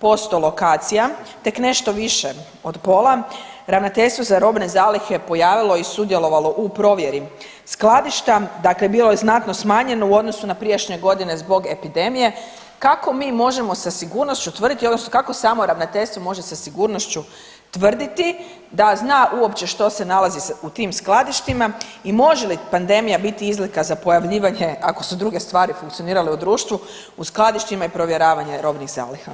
58% lokacija tek nešto više od pola ravnateljstvo za robne zalihe pojavilo i sudjelovalo u provjeri skladišta, dakle bilo je znatno smanjeno u odnosu na prijašnje godine zbog epidemije, kako mi možemo sa sigurnošću tvrditi odnosno kako samo ravnateljstvo može sa sigurnošću tvrditi da zna uopće što se nalazi u tim skladištima i može li pandemija biti izlika za pojavljivanje ako su druge stvari funkcionirale u društvu u skladištima i provjeravanje robnih zaliha?